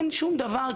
אין שום דבר,